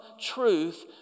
truth